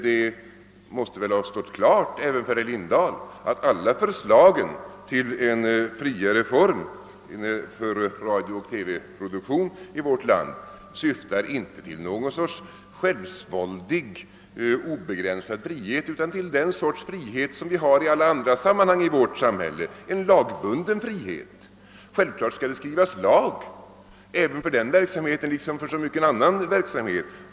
Det måste väl ha stått klart även för herr Lindahl att alla förslag till en friare form för radiooch TV-produktion i vårt land syftar inte till något slags självsvåldig, obegränsad frihet, utan till det slags frihet som vi har i alla andra sammanhang i vårt samhälle: en lagbunden frihet. Självklart skall det skrivas lag även för en kommersiell radiooch TV-verksamhet liksom för annan verksamhet.